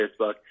Facebook